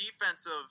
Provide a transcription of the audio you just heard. defensive